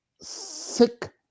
sick